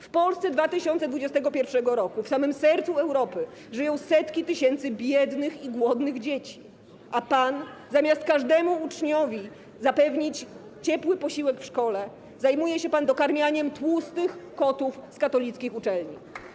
W Polsce 2021 r., w samym sercu Europy, żyją setki tysięcy biednych i głodnych dzieci, a pan zamiast każdemu uczniowi zapewnić ciepły posiłek w szkole, zajmuje się dokarmianiem tłustych kotów z katolickich uczelni.